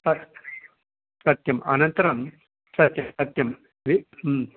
सत् सत्यम् अनन्तरं सत्यं सत्यं वि